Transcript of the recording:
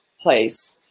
place